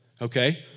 Okay